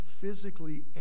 physically